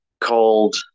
called